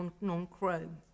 non-chrome